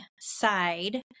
side